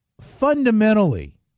fundamentally